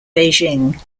beijing